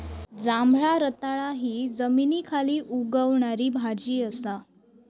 जांभळा रताळा हि जमनीखाली उगवणारी भाजी असा